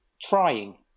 trying